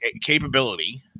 capability